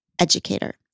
educator